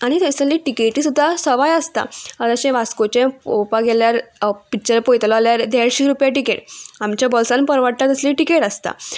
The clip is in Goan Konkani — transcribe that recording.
आनी थंयसरली टिकेटी सुद्दां सवाय आसता जशें वास्कोचें पोवपाक गेल्यार पिक्चर पयतलो जाल्यार देडशीं रुपया टिकेट आमच्या बोल्सान परवडटा तसली टिकेट आसता